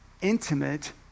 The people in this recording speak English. intimate